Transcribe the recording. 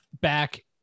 back